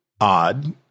odd